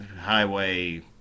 highway